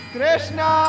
Krishna